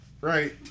right